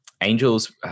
angels